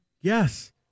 yes